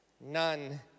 none